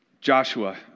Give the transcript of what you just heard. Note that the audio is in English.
Joshua